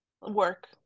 work